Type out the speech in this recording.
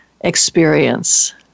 experience